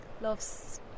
loves